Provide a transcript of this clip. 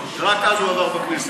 ורק אז הוא עבר בכנסת.